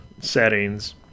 settings